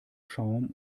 schaum